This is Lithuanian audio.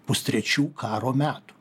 pustrečių karo metų